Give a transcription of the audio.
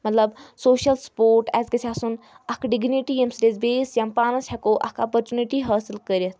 مطلب social support اَسہِ گژھِ آسُن اَکھ ڈِگنِٹی طدیگنیتےظ ییٚمہِ سۭتۍ اَسہِ بیس یا پانَس ہؠکو اَکھ اَپرچُنِٹی حٲصِل کٔرِتھ